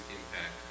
impact